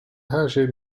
herşey